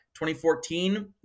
2014